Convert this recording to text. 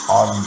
on